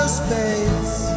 space